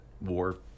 war